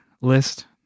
list